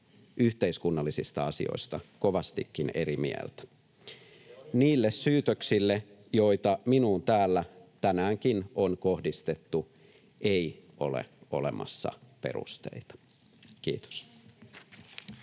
yhteiskunnallisesta asiasta!] Niille syytöksille, joita minuun täällä tänäänkin on kohdistettu, ei ole olemassa perusteita. — Kiitos.